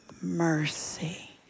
mercy